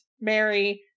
Mary